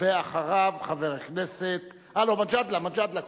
ואחריו חבר הכנסת, לא, מג'אדלה, מג'אדלה קודם.